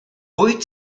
wyt